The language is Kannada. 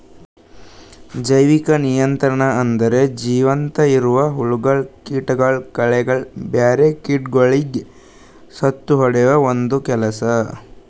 ಜೈವಿಕ ನಿಯಂತ್ರಣ ಅಂದುರ್ ಜೀವಂತ ಇರವು ಹುಳಗೊಳ್, ಕೀಟಗೊಳ್, ಕಳೆಗೊಳ್, ಬ್ಯಾರೆ ಕೀಟಗೊಳಿಗ್ ಸತ್ತುಹೊಡೆದು ಒಂದ್ ಕೆಲಸ